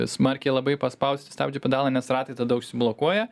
smarkiai labai paspausti stabdžių pedalą nes ratai tada užsiblokuoja